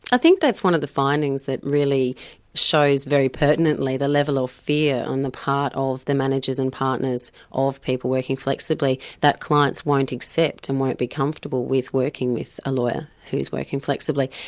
i think that's one of the findings that really shows very pertinently the level of fear on the part of the managers and partners of people working flexibly, that clients won't accept and won't be comfortable with working with a lawyer, who's working flexibly,